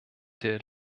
der